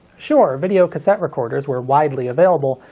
sure, videocassette recorders were widely available,